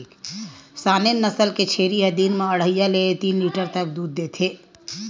Saanen नसल के छेरी ह दिन म अड़हई ले तीन लीटर तक दूद देथे